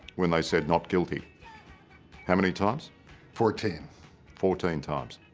when they said not guilty how many times fourteen fourteen times?